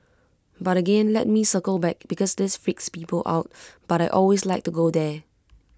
but again let me circle back because this freaks people out but I always like to go there